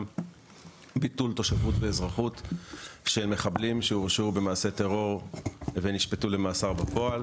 ביטול תושבות ואזרחות של מחבלים שהורשעו במעשה טרור ונשפטו למאסר בפועל